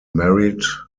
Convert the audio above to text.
married